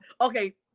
Okay